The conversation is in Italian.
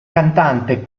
cantante